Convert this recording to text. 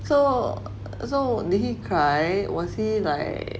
so so did he cry was he like